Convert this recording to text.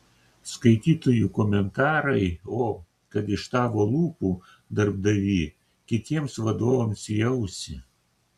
skaitytojų komentarai o kad iš tavo lūpų darbdavy kitiems vadovams į ausį